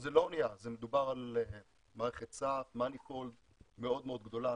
זו לא אנייה, מדובר על מערכת סעף מאוד מאוד גדולה.